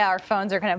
our phones are kind of